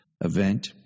event